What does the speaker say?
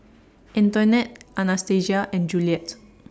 Antoinette Anastacia and Juliette